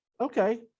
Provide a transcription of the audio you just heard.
okay